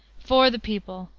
for the people,